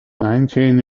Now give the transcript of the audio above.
nineteen